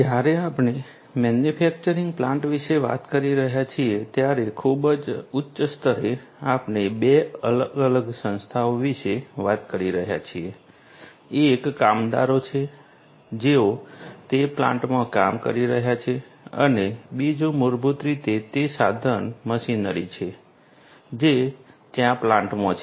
જ્યારે આપણે manufacturing plant વિશે વાત કરી રહ્યા છીએ ત્યારે ખૂબ જ ઉચ્ચ સ્તરે આપણે 2 અલગ સંસ્થાઓ વિશે વાત કરી રહ્યા છીએ એક કામદારો છે જેઓ તે પ્લાન્ટમાં કામ કરી રહ્યા છે અને બીજું મૂળભૂત રીતે તે સાધન મશીનરી છે જે ત્યાં પ્લાન્ટમાં છે